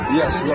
yes